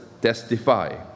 testify